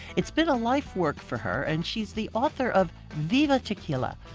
it's been a life's work for her, and she's the author of! viva tequila!